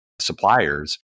suppliers